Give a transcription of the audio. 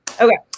Okay